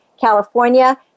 California